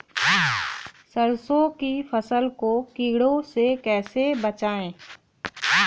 सरसों की फसल को कीड़ों से कैसे बचाएँ?